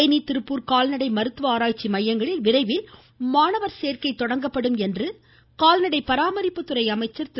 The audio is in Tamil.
தேனி திருப்பூர் கால் நடை மருத்துவ ஆராய்ச்சி மையங்களில் விரைவில் மாணவர் சேர்க்கை தொடங்கப்படும் என்று கால்நடை பராமரிப்புத்துறை அமைச்சர் திரு